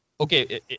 Okay